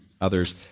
others